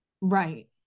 Right